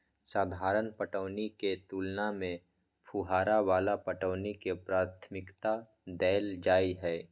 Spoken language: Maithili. साधारण पटौनी के तुलना में फुहारा वाला पटौनी के प्राथमिकता दैल जाय हय